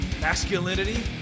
Masculinity